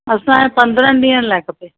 असांखे पंद्रहं ॾींहनि लाइ खपे